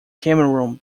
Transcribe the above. cameroon